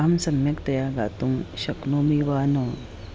अहं सम्यक्तया गातुं शक्नोमि वा न